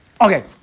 Okay